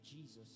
Jesus